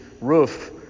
roof